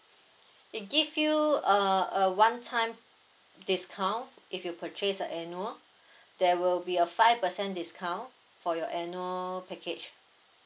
they give you uh a one time discount if you purchase a annual there will be a five percent discount for your annual package